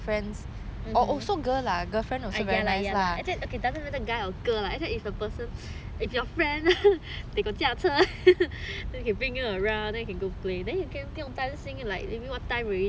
ya lah ya lah actually okay doesn't matter guy or girl lah actually if a person if your friend they got 驾车 then can bring you around you can go play then you can 不用担心 like what time already